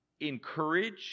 encourage